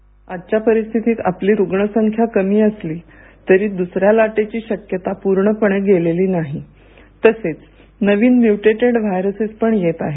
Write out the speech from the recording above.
bite आजच्या परिस्थितीत आपली रुग्ण संख्या कामी असली तरी दुसऱ्या लाटेची शक्यता पूर्ण पणे गेलेली नाही तसेच नवीन न्युटरेटेड व्हारसेस पण येत आहेत